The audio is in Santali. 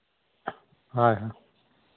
ᱦᱳᱭ ᱦᱳᱭ